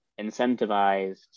incentivized